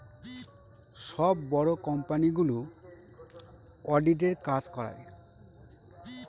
সব বড়ো কোম্পানিগুলো অডিটের কাজ করায়